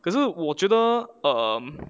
可是我觉得 um